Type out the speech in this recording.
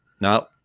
no